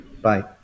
Bye